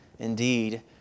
Indeed